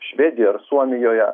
švedijoj ar suomijoje